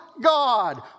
God